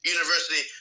University